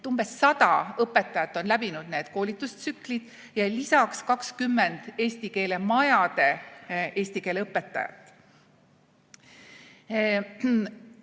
Umbes 100 õpetajat on läbinud need koolitustsüklid ja lisaks 20 eesti keele majade eesti keele õpetajat.